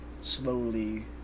slowly